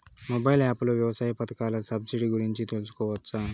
Mobile app లో వ్యవసాయ పథకాల సబ్సిడి గురించి తెలుసుకోవచ్చా?